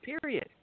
period